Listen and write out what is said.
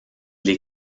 les